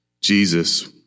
Jesus